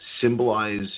symbolize